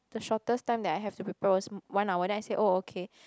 the shortest time that I have to prepare was one hour then I said oh okay